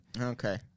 Okay